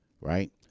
right